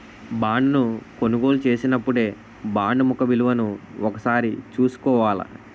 బాండును కొనుగోలు చేసినపుడే బాండు ముఖ విలువను ఒకసారి చూసుకోవాల